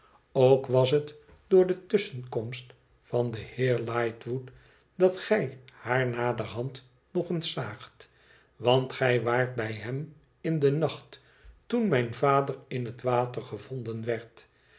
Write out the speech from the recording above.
ook was het door de tusschenkomst van den heer lightwood dat gij haar naderhand nog eens zaagt want gij waart bij hem in den nacht toen mijn vader in het water gevonden werd